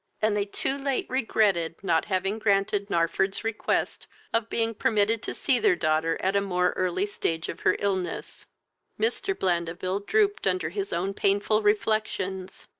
and they too late regretted not having granted narford's request of being permitted to see their daughter at a more early stage of her illness mr. blandeville drooped under his own painful reflections,